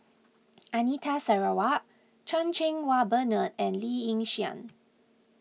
Anita Sarawak Chan Cheng Wah Bernard and Lee Yi Shyan